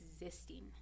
existing